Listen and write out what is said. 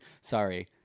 Sorry